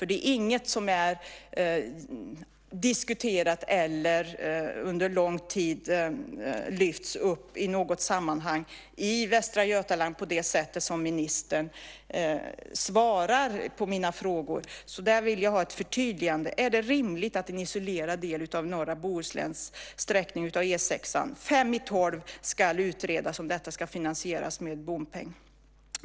Det är inget som har diskuterats eller på länge lyfts upp i något sammanhang i västra Götaland på det sätt som ministern svarar. Jag vill ha ett förtydligande: Är det rimligt att det fem i tolv ska utredas om en isolerad del av norra Bohusläns sträckning av E 6:an ska finansieras med bompeng?